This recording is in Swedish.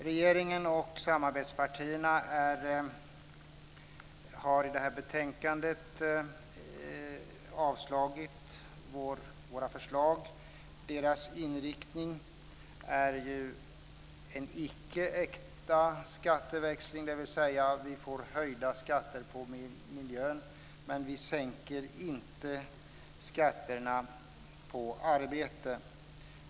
Regeringen och samarbetspartierna har i betänkandet avslagit våra förslag. Deras inriktning är en icke äkta skatteväxling, dvs. att man får höjda skatter på miljön, men att man inte sänker skatterna på arbete.